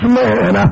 man